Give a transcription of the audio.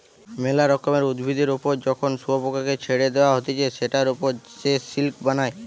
মেলা রকমের উভিদের ওপর যখন শুয়োপোকাকে ছেড়ে দেওয়া হতিছে সেটার ওপর সে সিল্ক বানায়